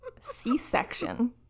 C-section